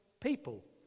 people